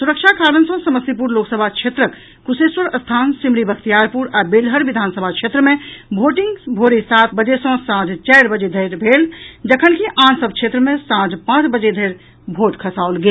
सुरक्षा कारण सॅ समस्तीपुर लोकसभा क्षेत्रक कुशेश्वरस्थान सिमरी बख्तियारपुर आ बेलहर विधानसभा क्षेत्र मे भोटिंग भोरे सात बजे सॅ सांझ चारि बजे धरि भेल जखनकि आन सभ क्षेत्र मे सांझ पांच बजे धरि भोट खसाओल गेल